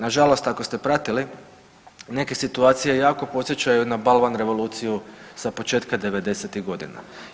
Na žalost ako ste pratili neke situacije jako podsjećaju na balvan revoluciju sa početka devedesetih godina.